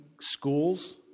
schools